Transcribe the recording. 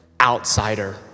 outsider